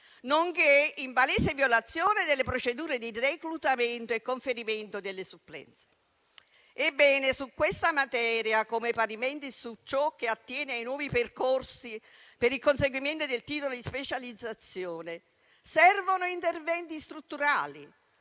nonché in palese violazione delle procedure di reclutamento e conferimento delle supplenze. Ebbene, su questa materia, come parimenti su ciò che attiene ai nuovi percorsi per il conseguimento del titolo di specializzazione, servono interventi strutturali,